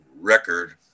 record